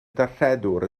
darlledwr